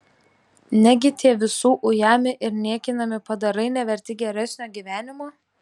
negi tie visų ujami ir niekinami padarai neverti geresnio gyvenimo